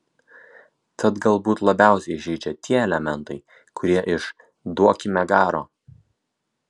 tad galbūt labiausiai žeidžia tie elementai kurie iš duokime garo